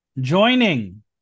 Joining